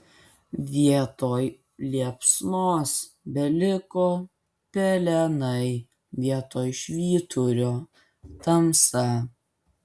vietoj liepsnos beliko pelenai vietoj švyturio tamsa